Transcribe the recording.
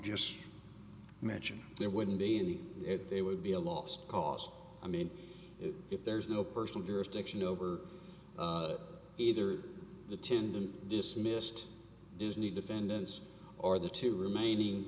just imagine there wouldn't be any it would be a lost cause i mean if there's no personal jurisdiction over either the tendon dismissed disney defendants or the two remaining